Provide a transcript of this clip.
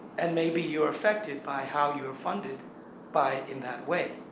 and maybe you're affected by how you are funded by in that way,